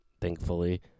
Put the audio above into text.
thankfully